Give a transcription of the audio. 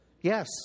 Yes